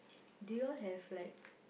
did you all have like